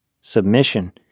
submission